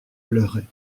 pleurait